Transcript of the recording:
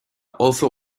also